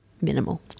minimal